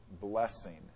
blessing